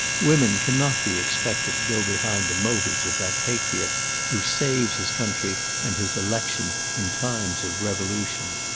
women cannot be expected to go behind the motives of that patriot who saves his country and his election in times of revolution.